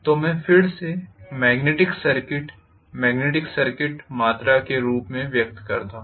तो मैं इसे फिर से मेग्नेटिक सर्किट मेग्नेटिक सर्किट मात्रा के रूप में व्यक्त कर सकता हूं